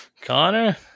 Connor